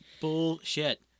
bullshit